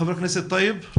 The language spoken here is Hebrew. חבר הכנסת טייב.